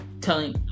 telling